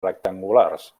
rectangulars